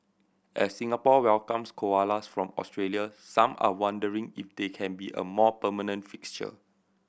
as Singapore welcomes koalas from Australia some are wondering if they can be a more permanent fixture